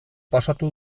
pasatu